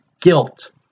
guilt